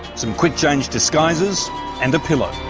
some quick-change disguises and a pillow.